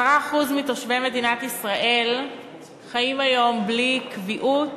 10% מתושבי מדינת ישראל חיים היום בלי קביעות,